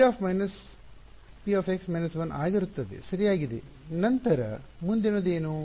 p 1 ಆಗಿರುತ್ತದೆ ಸರಿಯಾಗಿದೆ ನಂತರ ಮುಂದಿನದು ಏನು